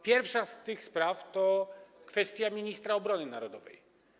Pierwsza z tych spraw to kwestia ministra obrony narodowej.